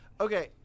Okay